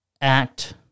act